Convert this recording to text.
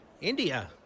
India